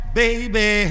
baby